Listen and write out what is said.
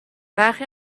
برخی